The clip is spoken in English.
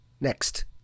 Next